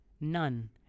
None